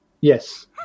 Yes